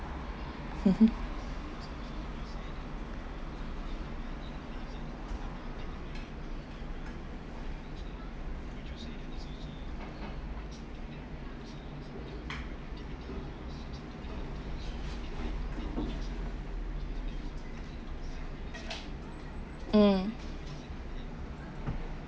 mm